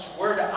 word